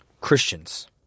Christians